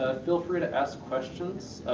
feel free to ask questions,